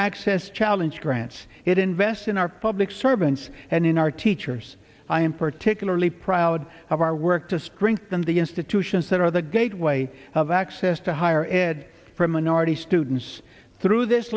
access challenge grants it invests in our public servants and in our teachers i am particularly proud of our work to strengthen the institutions that are the gateway of access to higher ed for minority students through this